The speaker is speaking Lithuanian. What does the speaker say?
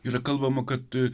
yra kalbama kad